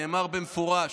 נאמר במפורש: